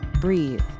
breathe